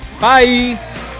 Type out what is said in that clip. Bye